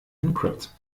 encrypt